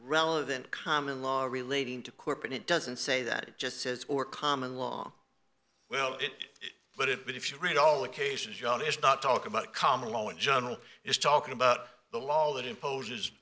relevant common law relating to corporate it doesn't say that it just says or common law well it but it but if you read all occasions john is not talk about common law in general is talking about the law that imposes